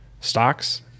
stocks